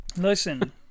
Listen